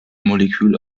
molekül